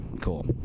cool